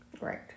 Right